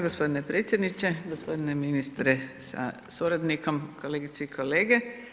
Gospodine predsjedniče, gospodine ministre sa suradnikom, kolegice i kolege.